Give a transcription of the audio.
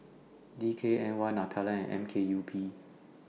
D K N Y Nutella and M K U P